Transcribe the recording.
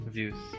Views